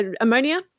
ammonia